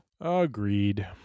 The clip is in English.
agreed